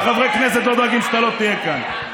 שחברי כנסת לא דואגים שאתה לא תהיה כאן.